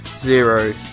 zero